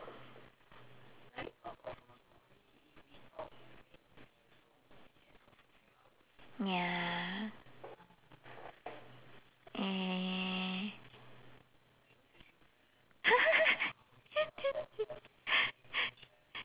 ya uh